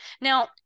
now